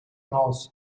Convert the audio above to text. mouth